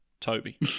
Toby